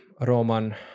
Roman